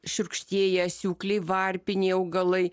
šiurkštieji asiūkliai varpiniai augalai